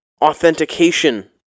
authentication